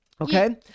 Okay